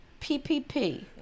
PPP